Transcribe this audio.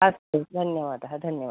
अस्तु धन्यवादः धन्यवादः